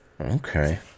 Okay